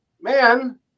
man